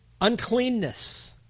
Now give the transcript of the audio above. Uncleanness